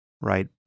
right